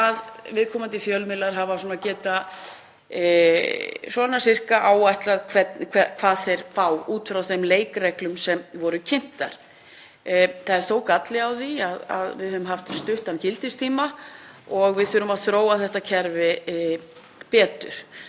og viðkomandi fjölmiðlar hafa getað áætlað sirka hvað þeir fá út frá þeim leikreglum sem þar voru kynntar. Það er þó galli á því að við höfum haft stuttan gildistíma og við þurfum að þróa þetta kerfi betur.